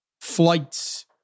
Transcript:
flights